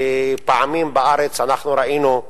ופעמים בארץ אנחנו ראינו,